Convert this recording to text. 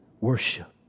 worship